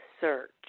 search